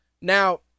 Now